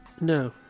No